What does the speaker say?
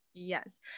Yes